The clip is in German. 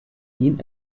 ihn